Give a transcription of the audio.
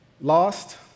Lost